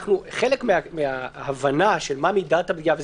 חלק מההבנה של מה מידת הפגיעה זה